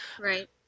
Right